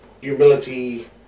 humility